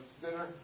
dinner